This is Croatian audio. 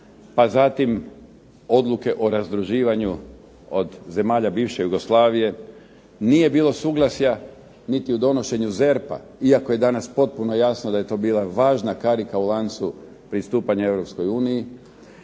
pa zatim odluke o razdruživanja od zemalja bivše Jugoslavije. Nije bilo suglasja niti u donošenju ZERP-a, iako je danas potpuno jasno da je to bila važna karika u lancu pristupanja